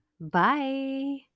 Bye